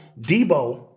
Debo